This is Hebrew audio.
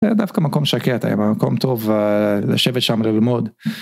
דווקא מקום שקט היה מקום טוב לשבת שם ללמוד.